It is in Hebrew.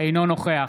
אינו נוכח